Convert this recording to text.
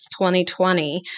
2020